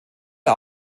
der